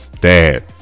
Dad